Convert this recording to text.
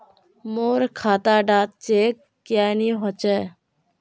मोर खाता डा चेक क्यानी होचए?